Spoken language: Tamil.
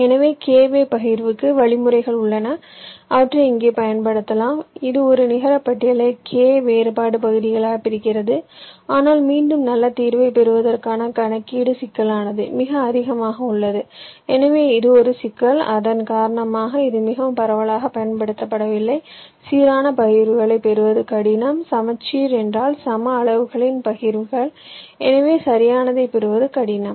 எனவே K வே பகிர்வுக்கு வழிமுறைகள் உள்ளன அவற்றை இங்கே பயன்படுத்தலாம் இது ஒரு நிகரபட்டியலை K வேறுபாடு பகுதிகளாக பிரிக்கிறது ஆனால் மீண்டும் நல்ல தீர்வைப் பெறுவதற்கான கணக்கீட்டு சிக்கலானது மிக அதிகமாக உள்ளது எனவே இது ஒரு சிக்கல் இதன் காரணமாக இது மிகவும் பரவலாகப் பயன்படுத்தப்படவில்லை சீரான பகிர்வுகளைப் பெறுவது கடினம் சமச்சீர் என்றால் சம அளவுகளின் பகிர்வுகள் எனவே சரியானதைப் பெறுவது கடினம்